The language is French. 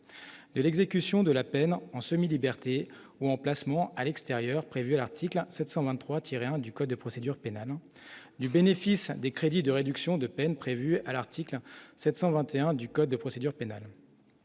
de l'exécution de la peine en semi-liberté ou en placement à l'extérieur, prévue à l'article 723 tirer un du Code de procédure pénale du bénéfice des crédits de réduction de peine prévue à l'article 721 du code de procédure pénale,